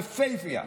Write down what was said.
יפהפייה,